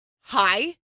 Hi